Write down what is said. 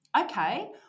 okay